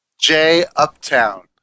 J-Uptown